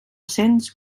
cents